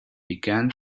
began